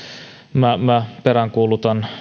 minä minä peräänkuulutan